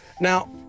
Now